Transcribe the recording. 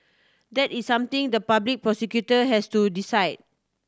that is something the public prosecutor has to decide